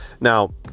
Now